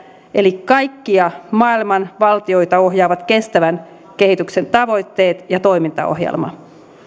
eli kaikkia maailman valtioita ohjaavat kestävän kehityksen tavoitteet ja toimintaohjelma